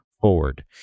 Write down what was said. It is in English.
forward